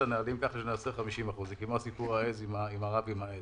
הנהלים ככה שנעשה 50%. זה כמו הסיפור עם הרב עם העז,